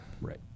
Right